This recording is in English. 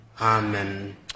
Amen